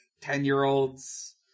ten-year-olds